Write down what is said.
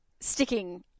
sticking